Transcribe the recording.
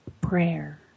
Prayer